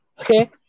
Okay